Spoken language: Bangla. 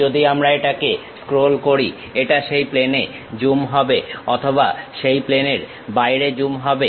যদি আমরা এটাকে স্ক্রোল করি এটা সেই প্লেনে জুম হবে অথবা সেই প্লেনের বাইরে জুম হবে